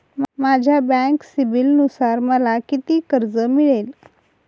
माझ्या बँक सिबिलनुसार मला किती कर्ज मिळेल?